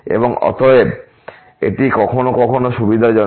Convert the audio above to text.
এবং অতএব এটি কখনও কখনও সুবিধাজনক